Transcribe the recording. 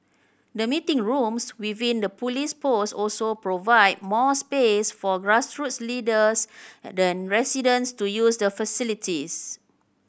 the meeting rooms within the police post also provide more space for grassroots leaders than residents to use the facilities